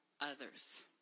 others